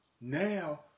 now